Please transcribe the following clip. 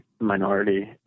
minority